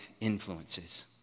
influences